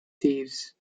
thieves